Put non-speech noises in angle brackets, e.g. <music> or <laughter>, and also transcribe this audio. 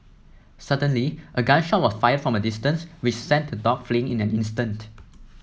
suddenly a gun shot was fired from a distance which sent the dogs fleeing in an instant <noise>